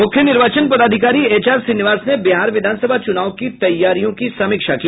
मूख्य निर्वाचन पदाधिकारी एच आर श्रीनिवास ने बिहार विधानसभा चूनाव की तैयारियों की समीक्षा की